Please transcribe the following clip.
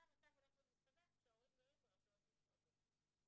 עכשיו המצב הולך ומסתבך כשההורים גרים ברשויות נפרדות.